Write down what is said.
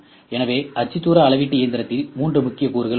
எனவே அச்சுத்தூர அளவீட்டு இயந்திரத்தில் மூன்று முக்கிய கூறுகள் உள்ளன